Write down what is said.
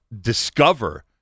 discover